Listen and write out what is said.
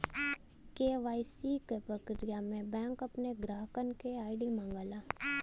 KYC क प्रक्रिया में बैंक अपने ग्राहकन क आई.डी मांगला